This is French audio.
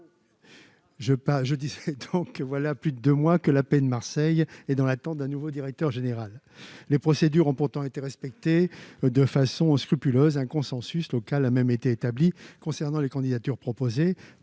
de deux mois que l'Assistance publique-Hôpitaux de Marseille, l'AP-HM, est dans l'attente d'un nouveau directeur général. Les procédures ont pourtant été respectées de façon scrupuleuse. Un consensus local a même été établi concernant les candidatures proposées